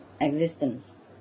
existence